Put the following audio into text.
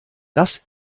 das